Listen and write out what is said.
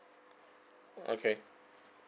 okay